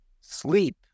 Sleep